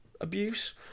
abuse